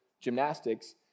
gymnastics